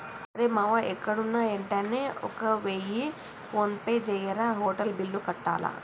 రేయ్ మామా ఎక్కడున్నా యెంటనే ఒక వెయ్య ఫోన్పే జెయ్యిరా, హోటల్ బిల్లు కట్టాల